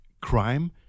crime